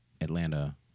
Atlanta